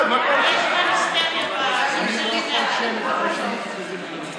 ההצעה להעביר את הצעת חוק סדר הדין הפלילי (סמכויות אכיפה,